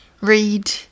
read